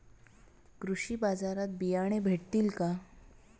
कृषी बाजारात बियाणे भेटतील का?